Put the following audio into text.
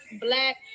black